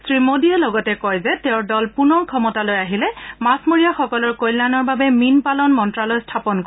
শ্ৰীমোদীয়ে লগতে কয় যে তেওঁৰ দল পুনৰ ক্ষমতালৈ আহিলে মাছমৰীয়াসকলৰ কল্যাণৰ বাবে ই মীন পালন মন্তালয় স্থাপন কৰিব